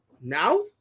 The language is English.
now